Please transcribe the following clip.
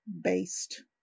based